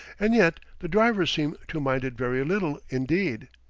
and yet the drivers seem to mind it very little indeed.